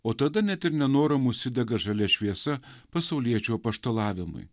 o tada net ir nenorom užsidega žalia šviesa pasauliečių apaštalavimui